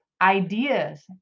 ideas